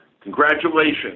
Congratulations